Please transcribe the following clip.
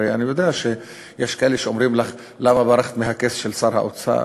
הרי אני יודע שיש כאלה שאומרים לך: למה ברחת מהכס של שר האוצר?